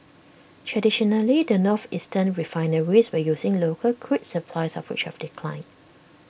traditionally the northeastern refineries were using local crude supplies of which have declined